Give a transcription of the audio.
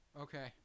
Okay